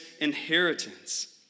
inheritance